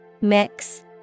Mix